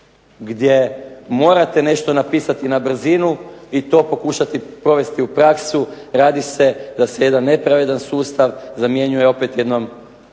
gdje morate nešto napisati na brzinu i to pokušati provesti u praksu radi se da se jedan nepravedan sustav zamjenjuje opet jednom